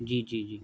جی جی جی